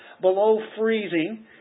below-freezing